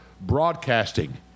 broadcasting